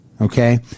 Okay